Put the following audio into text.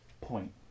point